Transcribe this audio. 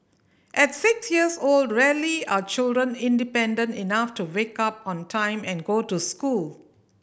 at six years old rarely are children independent enough to wake up on time and go to school